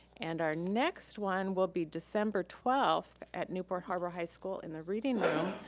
and our next one will be december twelfth, at newport harbor high school in the reading room,